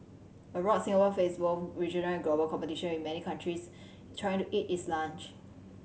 abroad Singapore face both regional and global competition with many countries trying to eat its lunch